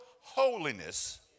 holiness